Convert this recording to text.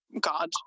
God